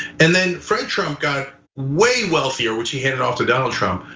and then fred trump got way wealthier, which he handed off to donald trump,